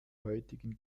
heutigen